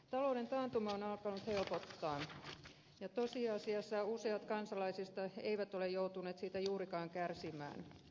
talouden taantuma on alkanut helpottaa ja tosiasiassa useat kansalaisista eivät ole joutuneet siitä juurikaan kärsimään